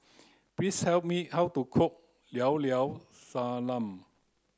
please tell me how to cook Llao Llao Sanum